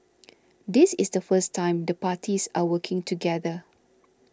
this is the first time the parties are working together